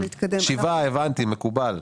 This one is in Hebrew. שבעה, הבנתי, מקובל.